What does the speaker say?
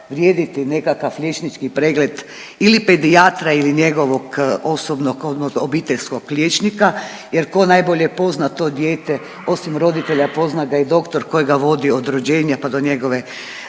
nekakav liječnički pregled ili pedijatra ili njegovog osobnog odnosno obiteljskog liječnika jer ko najbolje pozna to dijete osim roditelja, pozna ga i doktor koji ga je vodio od rođenja, pa do njegove